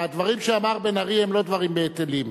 הדברים שאמר בן-ארי הם לא דברים בטלים,